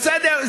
בסדר?